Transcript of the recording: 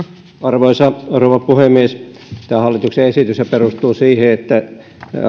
arvoisa rouva puhemies tämä hallituksen esityshän perustuu siihen että